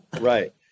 Right